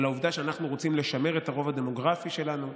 על העובדה שאנחנו רוצים לשמר את הרוב הדמוגרפי שלנו,